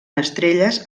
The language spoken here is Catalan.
estrelles